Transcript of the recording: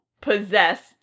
possessed